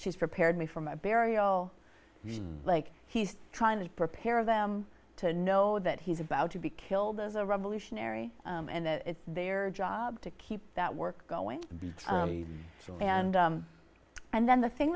she's prepared me for my burial like he's trying to prepare them to know that he's about to be killed as a revolutionary and it's their job to keep that work going and and then the thing